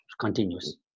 continuous